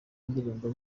indirimbo